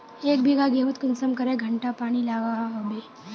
एक बिगहा गेँहूत कुंसम करे घंटा पानी लागोहो होबे?